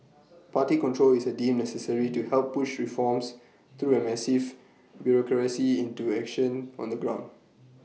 party control is A deemed necessary to help push reforms through A massive bureaucracy into action on the ground